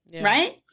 right